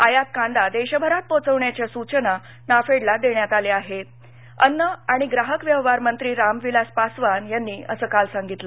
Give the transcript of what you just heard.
आयात कांदा देशभरात पोचवण्याच्या सूचना नाफेडला देण्यात आल्या आहेत अस अन्न आणि ग्राहक व्यवहार मंत्री राम विलास पासवान यांनी काल सांगितलं